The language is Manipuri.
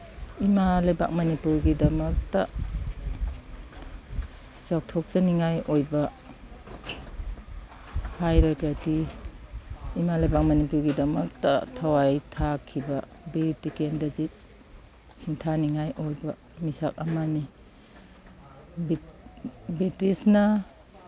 ꯏꯃꯥ ꯂꯩꯕꯥꯛ ꯃꯅꯤꯄꯨꯔꯒꯤꯗꯃꯛꯇ ꯆꯥꯎꯊꯣꯛꯆꯅꯤꯉꯥꯏ ꯑꯣꯏꯕ ꯍꯥꯏꯔꯒꯗꯤ ꯏꯃꯥ ꯂꯩꯕꯥꯛ ꯃꯅꯤꯄꯨꯔꯒꯤꯗꯃꯛꯇ ꯊꯋꯥꯏ ꯊꯥꯈꯤꯕ ꯕꯤꯔ ꯇꯤꯀꯦꯟꯗ꯭ꯔꯖꯤꯠ ꯁꯤꯡꯊꯥꯅꯤꯉꯥꯏ ꯑꯣꯏꯕ ꯃꯤꯁꯛ ꯑꯃꯅꯤ ꯕ꯭ꯔꯤꯇꯤꯁꯅ